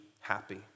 happy